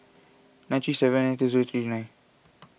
ninety seven and two zero three nine